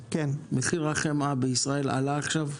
מחיר החמאה בישראל עלה עכשיו?